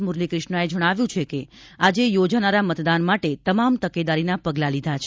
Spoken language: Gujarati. મુરલી ક્રિશ્નનાએ જણાવ્યું છે કે આજે યોજાનારા મતદાન માટે તમામ તકેદારીના પગલા લીધા છે